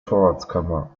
vorratskammer